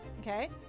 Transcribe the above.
Okay